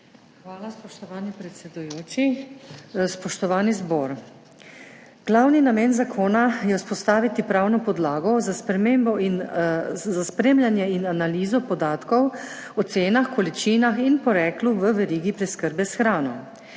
Hvala. Spoštovani predsedujoči, spoštovani zbor! Glavni namen zakona je vzpostaviti pravno podlago za spremembo in za spremljanje ter analizo podatkov o cenah, količinah in poreklu v verigi preskrbe s hrano.